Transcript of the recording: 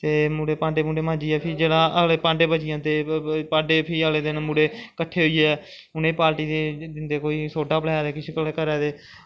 फ्ही मुड़े भांडे भूंडे मांजियै फ्ही जिसलै अगले भांडे बची जंदे भांडे फ्ही अगले दिन मुड़े कट्ठे होईयै उनें पार्टी दिंदे सोडा पलै दे कदैं किश करा दे